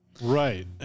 Right